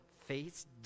face